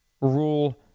rule